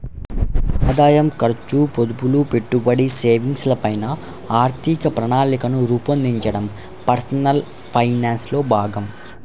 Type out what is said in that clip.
ఆదాయం, ఖర్చు, పొదుపులు, పెట్టుబడి, సేవింగ్స్ ల పైన ఆర్థిక ప్రణాళికను రూపొందించడం పర్సనల్ ఫైనాన్స్ లో భాగం